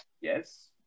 Yes